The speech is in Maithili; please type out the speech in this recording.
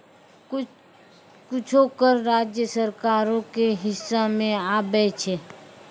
कुछो कर राज्य सरकारो के हिस्सा मे आबै छै